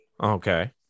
Okay